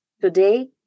Today